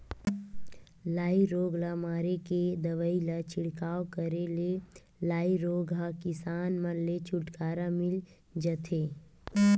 लाई रोग ल मारे के दवई ल छिड़काव करे ले लाई रोग ह किसान मन ले छुटकारा मिल जथे